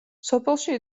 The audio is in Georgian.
სოფელში